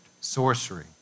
sorcery